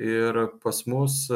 ir pas mus